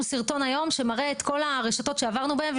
סרטון היום שמראה את כל הרשתות שעברנו בהם,